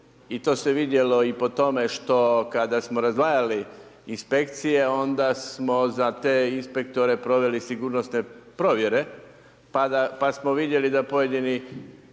i to se vidjelo i po tome što kada smo razdvajali inspekcije onda smo za te inspektore proveli sigurnosne provjere pa smo vidjeli da pojedini